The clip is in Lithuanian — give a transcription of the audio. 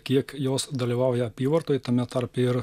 kiek jos dalyvauja apyvartoj tame tarpe ir